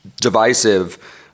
divisive